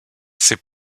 ses